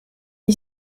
n’y